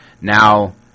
Now